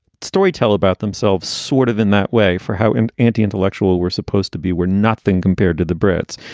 story tell about themselves sort of in that way for how an anti-intellectual were supposed to be were nothing compared to the brits.